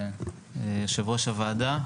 יושבת-ראש הוועדה,